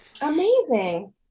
Amazing